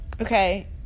Okay